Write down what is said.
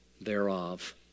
thereof